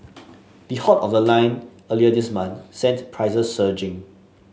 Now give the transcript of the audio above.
the halt of the line earlier this month sent prices surging